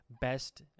best –